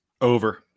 Over